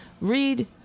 read